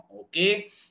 Okay